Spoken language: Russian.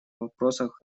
вопросах